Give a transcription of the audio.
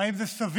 האם זה סביר?